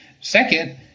Second